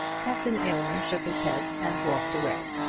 captain aylmer shook his head and walked away.